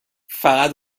فقط